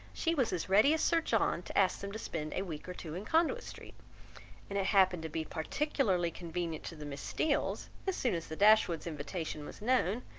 she was as ready as sir john to ask them to spend a week or two in conduit street and it happened to be particularly convenient to the miss steeles, as soon as the dashwoods' invitation was known,